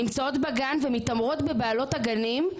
נמצאות בגן ומתעמרות בבעלות הגנים,